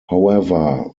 however